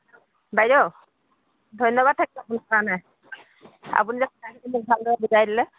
বাইদেউ ধন্যবাদ থাকিল আপোনাৰ কাৰণে আপুনি যে কথাখিনি মোক ভালদৰে বুজাই দিলে